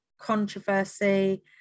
controversy